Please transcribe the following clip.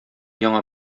яңа